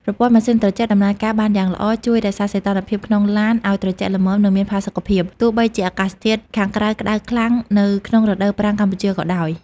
ប្រព័ន្ធម៉ាស៊ីនត្រជាក់ ដំណើរការបានយ៉ាងល្អ ជួយរក្សាសីតុណ្ហភាពក្នុងឡានឲ្យត្រជាក់ល្មម និងមានផាសុកភាព ទោះបីជាអាកាសធាតុខាងក្រៅក្តៅខ្លាំងនៅក្នុងរដូវប្រាំងកម្ពុជាក៏ដោយ។